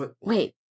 Wait